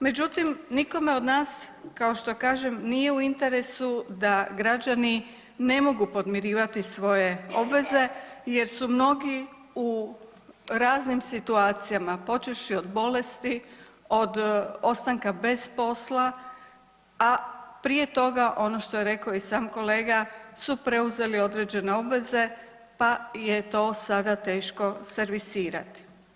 Međutim, nikome od nas kao što kažem, nije u interesu da građani ne mogu podmirivati svoje obveze jer su mnogi u raznim situacijama, počevši od bolesti, od ostanka bez posla, a prije toga ono što je rekao i sam kolega su preuzeli određene obveze pa je to sada teško servisirati.